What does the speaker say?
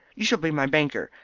you shall be my banker,